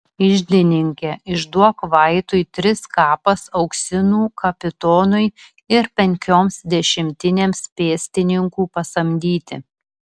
iždininke išduok vaitui tris kapas auksinų kapitonui ir penkioms dešimtinėms pėstininkų pasamdyti